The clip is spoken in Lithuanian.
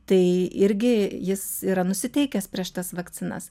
tai irgi jis yra nusiteikęs prieš tas vakcinas